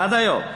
עד היום.